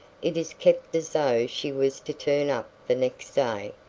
it is kept as though she was to turn up the next day,